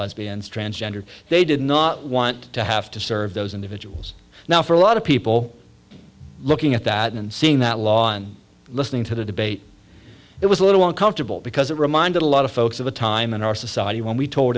lesbians transgendered they did not want to have to serve those individuals now for a lot of people looking at that and seeing that law and listening to the debate it was a little uncomfortable because it reminded a lot of folks of a time in our society when we told